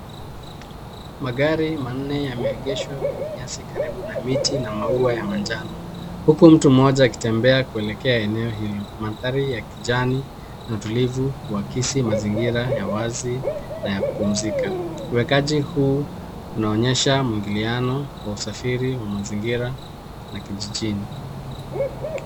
Magari manne yameegeshwa kwenye nyasi karibu na miti yenye maua ya manjano huku mtu mmoja akitembea kuelekea eneo iliyo mandhari ya kijani na utulivu huakisi mazingira ya wazi na ya kupumzika. Uwekaji huu unaonyesha mwingiliano wa usafiri wa mazingira na kijijini.